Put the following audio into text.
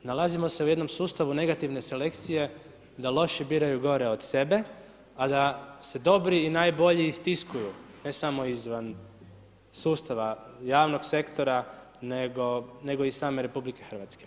Nalazimo se u jednom sustavu negativne selekcije da loši biraju gore od sebe, a da se dobri i najbolji istiskuju, ne samo izvan sustava javnog sektora, nego i same RH.